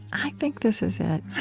i think this is it